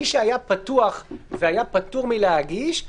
מי היה פתוח והיה פטור מלהגיש,